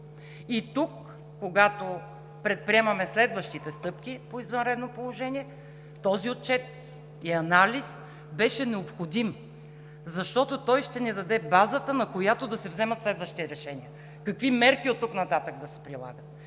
И тук, когато предприемаме следващите стъпки по извънредното положение, този отчет и анализ беше необходим, защото той ще ни даде базата, на която да се вземат следващи решения. Какви мерки оттук нататък да се прилагат?